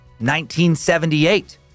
1978